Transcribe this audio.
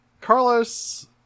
Carlos